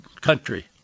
country